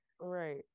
right